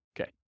Okay